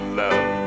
love